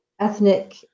ethnic